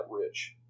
rich